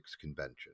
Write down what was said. convention